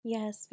Yes